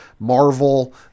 Marvel